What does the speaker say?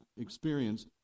experience